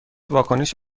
واکنش